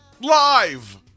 Live